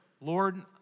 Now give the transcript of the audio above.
Lord